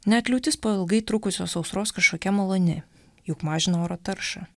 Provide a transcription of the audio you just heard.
net liūtis po ilgai trukusios sausros kažkokia maloni juk mažina oro taršą